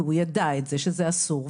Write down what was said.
הוא יידע שזה אסור,